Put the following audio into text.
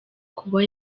kuba